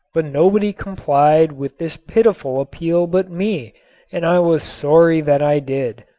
but nobody complied with this pitiful appeal but me and i was sorry that i did.